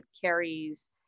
carries